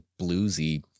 bluesy